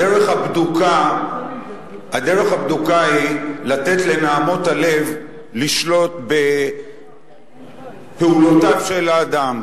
הדרך הבדוקה היא לא לתת לנהמות הלב לשלוט בפעולותיו של אדם.